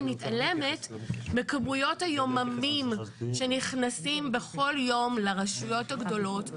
היא מתעלמת מכמויות היוממים שנכנסים בכל יום לרשויות הגבולות.